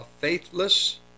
faithless